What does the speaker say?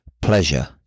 Pleasure